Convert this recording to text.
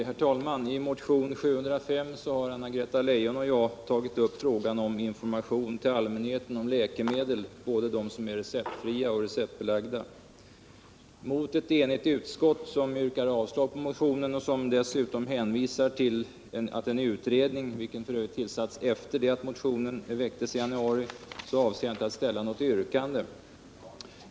Herr talman! I motion 705 har Anna-Greta Leijon och jag tagit upp frågan om information till allmänheten om läkemedel, både receptfria och receptbelagda. Mot ett enigt utskott, som yrkar avslag på motionen och dessutom hänvisar till att en utredning, vilken f.ö. tillsatts efter det att motionen väcktes i januari i år, avser jag inte att ställa något yrkande.